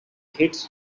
hits